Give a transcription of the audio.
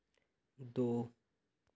दो